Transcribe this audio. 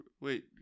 Wait